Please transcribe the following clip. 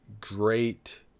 great